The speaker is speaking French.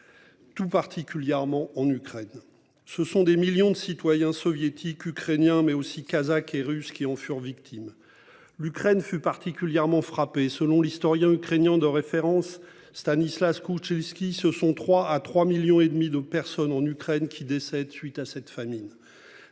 Tout particulièrement en Ukraine. Ce sont des millions de citoyens soviétiques ukrainiens mais aussi kazakh et russe, qui en furent victimes. L'Ukraine fut particulièrement frappée, selon l'historien craignant de référence Stanislas coucher ski ce sont 3 à 3 millions et demi de personnes en Ukraine qui décède suite à cette famine